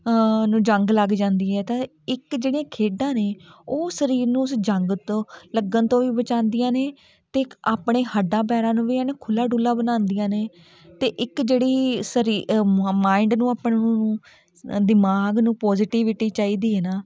ਨੂੰ ਜੰਗ ਲੱਗ ਜਾਂਦੀ ਹੈ ਤਾਂ ਇੱਕ ਜਿਹੜੀਆਂ ਖੇਡਾਂ ਨੇ ਉਹ ਸਰੀਰ ਨੂੰ ਉਸ ਜੰਗ ਤੋਂ ਲੱਗਣ ਤੋਂ ਵੀ ਬਚਾਉਂਦੀਆਂ ਨੇ ਅਤੇ ਇੱਕ ਆਪਣੇ ਹੱਡਾਂ ਪੈਰਾਂ ਨੂੰ ਵੀ ਐਨਾ ਖੁੱਲ੍ਹਾ ਡੁੱਲਾ ਬਣਾਉਂਦੀਆਂ ਨੇ ਅਤੇ ਇੱਕ ਜਿਹੜੀ ਸਰੀ ਮ ਮਾਇੰਡ ਨੂੰ ਆਪਣੇ ਨੂੰ ਦਿਮਾਗ ਨੂੰ ਪੋਜੀਟਿਵਿਟੀ ਚਾਹੀਦੀ ਹੈ ਨਾ